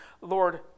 Lord